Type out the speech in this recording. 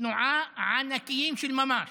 תנועה ענקיים של ממש.